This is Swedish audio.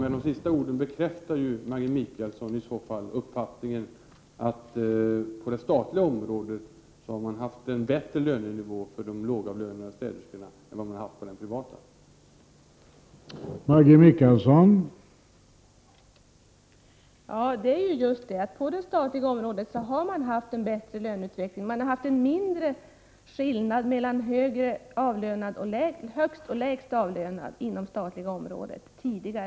Med de sista orden bekräftar Maggi Mikaelsson uppfattningen att man på det statliga området haft en bättre lönenivå för de lågavlönade städerskorna än vad man har haft på den privata sektorn.